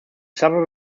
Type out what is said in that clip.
suburb